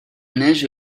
neige